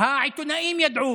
העיתונאים ידעו,